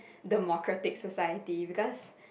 democratic society because